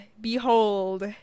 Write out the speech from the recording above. Behold